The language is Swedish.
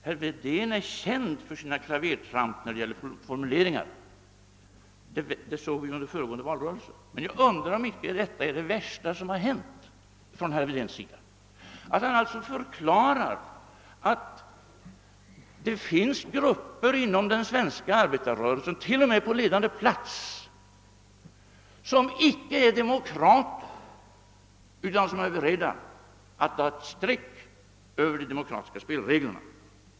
Herr Wedén är känd för sina klavertramp — det såg vi under föregående års valrörelse — men jag undrar om inte detta är det värsta. Han förklarar alltså att det finns grupper inom den svenska arbetarrörelsen, t.o.m. på ledande plats, som icke är demokrater och som är beredda att dra ett streck över de demokratiska spelreglerna.